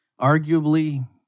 Arguably